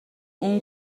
اون